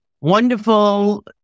wonderful